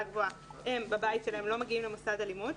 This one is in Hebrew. גבוהה בבתיהם ולא מגיעים למוסד הלימוד,